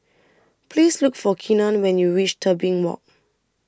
Please Look For Keenan when YOU REACH Tebing Walk